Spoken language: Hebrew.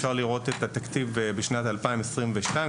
אפשר לראות את התקציב בשנת 2022,